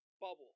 bubble